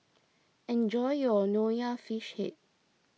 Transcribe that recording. enjoy your Nonya Fish Head